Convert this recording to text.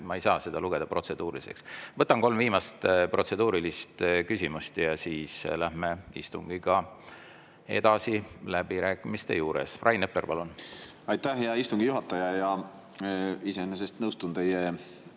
ma ei saa seda lugeda protseduuriliseks. Võtan kolm viimast protseduurilist küsimust ja siis läheme istungiga edasi läbirääkimiste juurde. Rain Epler, palun! Aitäh, hea istungi juhataja! Iseenesest nõustun teie